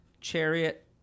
Chariot